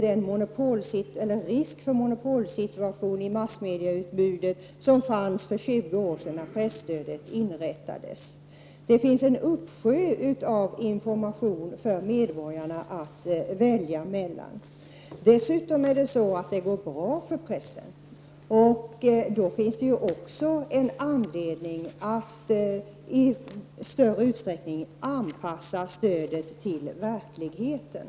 Den risk för en monopolsituation inom massmedieutbudet som fanns för 20 år sedan när presstödet inrättades finns inte längre. Det finns en uppsjö av information för medborgarna att välja mellan. Det går dessutom bra för pressen. Då finns också en anledning att i större utsträckning anpassa stödet till verkligheten.